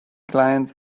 clients